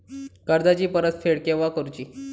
कर्जाची परत फेड केव्हा करुची?